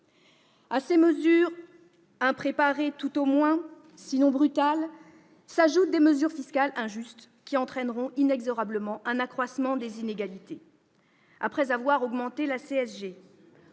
Aux mesures impréparées, sinon brutales, s'ajoutent des mesures fiscales injustes, qui entraîneront inexorablement un accroissement des inégalités. Après avoir augmenté la CSG,